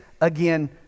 again